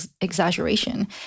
exaggeration